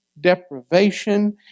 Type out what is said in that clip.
deprivation